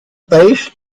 país